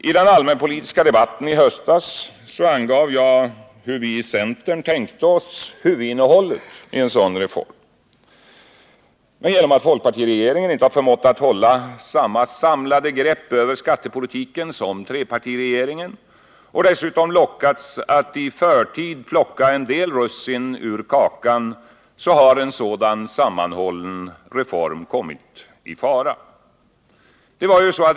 I den allmänpolitiska debatten i höstas angav jag hur vi i centern tänkte oss huvudinnehållet i en sådan reform, men genom att folkpartiregeringen inte har förmått att hålla samma samlade grepp över skattepolitiken som trepartiregeringen och dessutom lockats att i förtid plocka en del russin ur kakan, har en sådan sammanhållen reform kommit i fara.